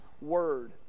word